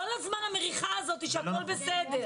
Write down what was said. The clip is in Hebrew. כל הזמן המריחה הזאת שהכול בסדר.